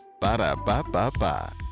Ba-da-ba-ba-ba